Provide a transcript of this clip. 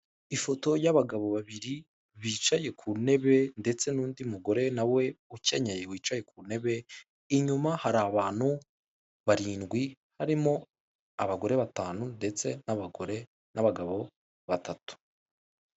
Ifoto y'abagabo babiri bicaye ku ntebe ndetse n'undi mugore nawe ukenyeye wicaye ku ntebe, inyuma hari abantu barindwi harimo abagore batanu ndetse n'abagore n'abagabo batatu.